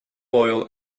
oil